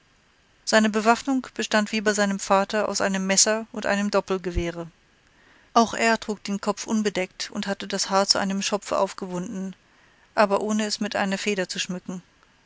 seine bewaffnung bestand wie bei seinem vater aus einem messer und einem doppelgewehre auch er trug den kopf unbedeckt und hatte das haar zu einem schopfe aufgewunden aber ohne es mit einer feder zu schmücken